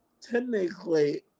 technically